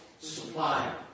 supply